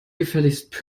gefälligst